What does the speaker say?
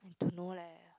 I don't know leh